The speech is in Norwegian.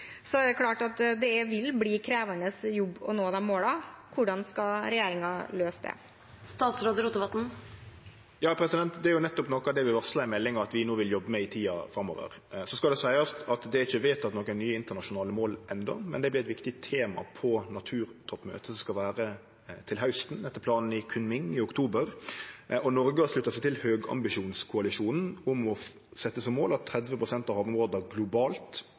er det klart at det vil bli en krevende jobb å nå de målene. Hvordan skal regjeringen løse det? Det er nettopp noko av det vi har varsla i meldinga at vi vil jobbe med i tida framover. Så skal det seiast at det er ikkje vedteke nye internasjonale mål enno, men det vert eit viktig tema på naturtoppmøtet som skal vere til hausten, etter planen i Kunming i oktober. Noreg har slutta seg til høgambisjonskoalisjonen om å setje som mål at 30 pst. av havområda globalt